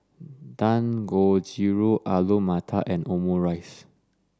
Dangojiru Alu Matar and Omurice